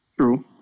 True